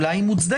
אולי היא מוצדקת,